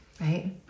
Right